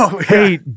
hey